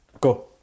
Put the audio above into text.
Go